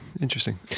interesting